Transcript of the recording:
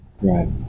Right